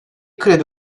kredi